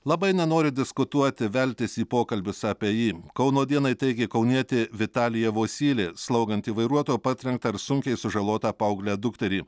labai nenoriu diskutuoti veltis į pokalbius apie jį kauno dienai teigė kaunietė vitalija vosylė slauganti vairuotojo patrenktą ar sunkiai sužalotą paauglę dukterį